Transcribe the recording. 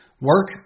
Work